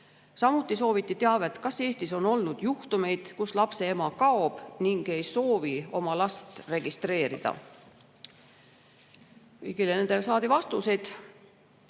Samuti sooviti teavet, kas Eestis on olnud juhtumeid, kus lapse ema kaob ning ei soovi oma last registreerida. Kõigile nendele küsimustele